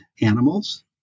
animals